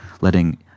letting